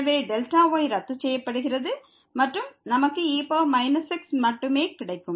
எனவே Δy ரத்து செய்யப்படுகிறது மற்றும் நமக்கு e x மட்டுமே கிடைக்கும்